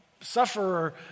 sufferer